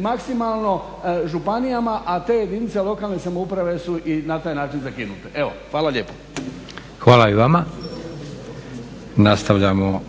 Maksimalno županijama, a te jedinice lokalne samouprave su i na taj način zakinute. Evo, hvala lijepo. **Leko, Josip (SDP)** Hvala i vama. Nastavljamo